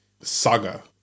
saga